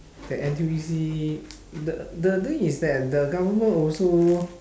that N_T_U_C the the thing is that the government also